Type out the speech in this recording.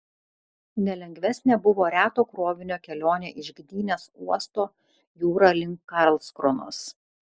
nelengvesnė buvo reto krovinio kelionė iš gdynės uosto jūra link karlskronos